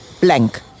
Blank